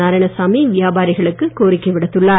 நாராயணசாமி வியாபாரிகளுக்கு கோரிக்கை விடுத்துள்ளார்